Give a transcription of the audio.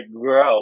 grow